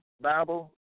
Bible